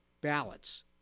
ballots